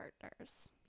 partners